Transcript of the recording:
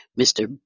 Mr